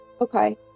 Okay